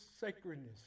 sacredness